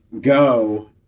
go